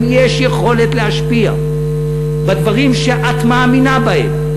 אם יש יכולת להשפיע בדברים שאת מאמינה בהם,